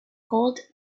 called